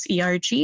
ERG